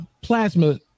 plasma